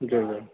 جی جی